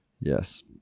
yes